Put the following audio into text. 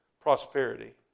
prosperity